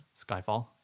Skyfall